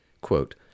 Quote